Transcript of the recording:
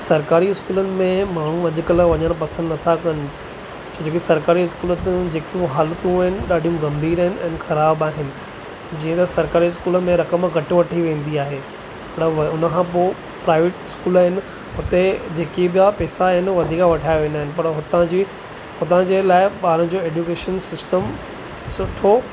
सरकारी स्कूलनि में माण्हू वधीक न वञणु पसंदि नथा कनि जेकी सरकारी स्कूल अथनि जेकियूं हालतूं आहिनि ॾाढियूं गंभीर आहिनि ऐं ख़राबु आहिनि जीअं त सरकारी स्कूल में रक़म घटि वठी वेंदी आहे पर वे उन खां पोइ प्राइवेट स्कूल आहिनि हुते जेकी ॿियां पैसा आहिनि वधीक वठाए वेंदा आहिनि पर हुतां जी हुतां जे लाइ ॿारनि जो एजुकेशन सिस्टम सुठो